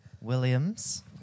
Williams